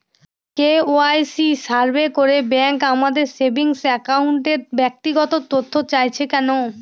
KYC survey করে bank আমাদের saving অ্যাকাউন্টের ব্যক্তিগত তথ্য চাইছে কেন?